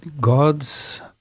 God's